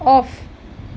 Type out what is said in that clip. off